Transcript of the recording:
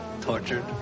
tortured